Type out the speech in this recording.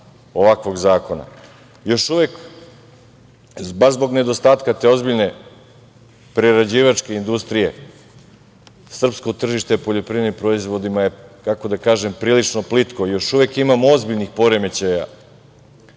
ovakvog zakona. Još uvek, baš zbog nedostatka te ozbiljne prerađivačke industrije, srpsko tržište poljoprivrednim proizvodima je, tako da kažem, prilično plitko. Još uvek imamo ozbiljnih poremećaja